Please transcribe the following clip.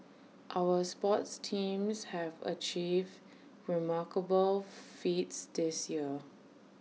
our sports teams have achieved remarkable feats this year